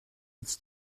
its